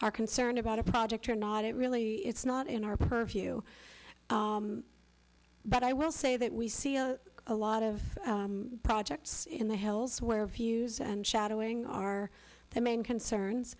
are concerned about a project or not it really it's not in our purview but i will say that we see a lot of projects in the hills where views and shadowing are the main concerns